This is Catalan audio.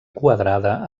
quadrada